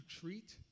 treat